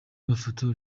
mafoto